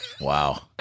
Wow